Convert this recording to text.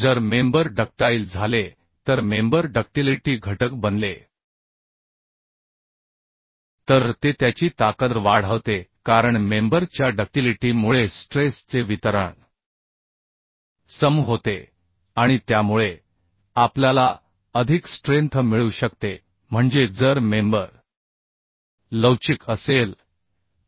जर member ductile झाले तर मेंबर डक्टिलिटी घटक बनले तर ते त्याची ताकद वाढवते कारण मेंबर च्या डक्टिलिटी मुळे स्ट्रेस चे वितरण सम होते आणि त्यामुळे आपल्याला अधिक स्ट्रेंथ मिळू शकते म्हणजे जर मेंबर लवचिक असेल